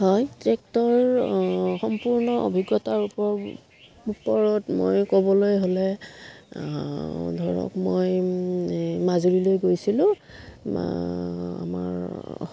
হয় ট্ৰেকটোৰ সম্পূৰ্ণ অভিজ্ঞতাৰ ওপৰত মই ক'বলৈ হ'লে ধৰক মই এই মাজুলীলৈ গৈছিলোঁ মা আমাৰ